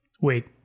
Wait